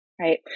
right